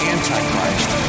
Antichrist